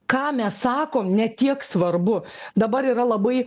ką mes sakom ne tiek svarbu dabar yra labai